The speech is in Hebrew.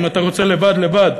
אם אתה רוצה לבד, לבד.